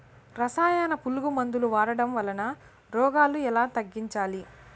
రసాయన పులుగు మందులు వాడడం వలన రోగాలు ఎలా తగ్గించాలి?